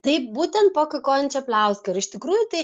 taip būtent po kakojančia pliauska ir iš tikrųjų tai